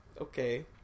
Okay